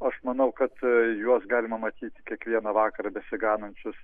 aš manau kad juos galima matyti kiekvieną vakarą besiganančius